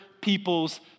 people's